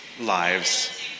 lives